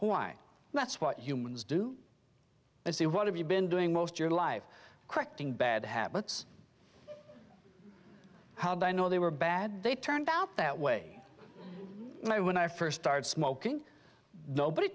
that's what humans do and say what have you been doing most your life correcting bad habits how do i know they were bad they turned out that way my when i first started smoking nobody